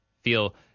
feel